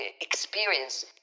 experience